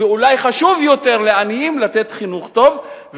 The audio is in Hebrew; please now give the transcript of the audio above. ואולי חשוב יותר לעניים לתת חינוך טוב,